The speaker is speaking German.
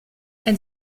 ein